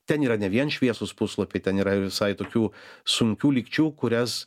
ten yra ne vien šviesūs puslapiai ten yra visai tokių sunkių lygčių kurias